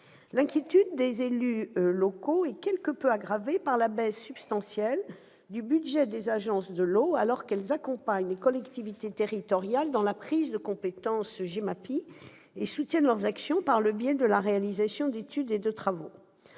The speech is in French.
L'inquiétude des élus locaux est quelque peu aggravée par la baisse substantielle du budget des agences de l'eau, alors que celles-ci accompagnent les collectivités territoriales dans la prise de compétence GEMAPI et soutiennent leurs actions par le biais de la réalisation d'études et de travaux.